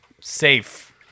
safe